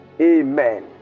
amen